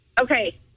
Okay